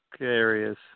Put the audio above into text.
areas